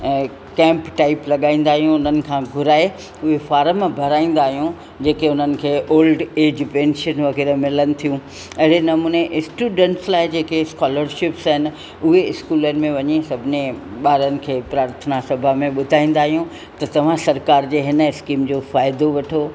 camp type लॻाईंदा आहियूं उन्हनि खां घुराए उहे फारम भराईंदा आहियूं जेके उन्हनि खे ऑल्ड एज पैंशन वग़ैरह मिलनि थियूं अहिड़े नमूने स्टूडंटस लाइ जेके स्कॉलर्शिपस आहिनि उहे स्कूलनि में वञी सभिनी ॿारनि खे प्राथर्ना सभा में ॿुधाईंदा आहियूं त तव्हां सरकार जे हिन स्कीम जो फ़ाइदो वठो